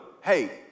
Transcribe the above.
hey